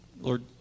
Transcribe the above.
Lord